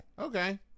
Okay